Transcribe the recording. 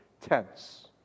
tense